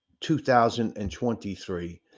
2023